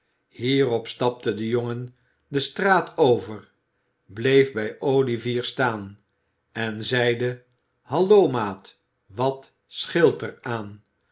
hierop stapte de jongen de straat over bleef bij olivier staan en zeide hallo maat wat scheelt er aan